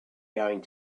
going